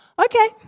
okay